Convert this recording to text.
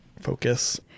focus